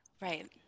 right